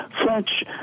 French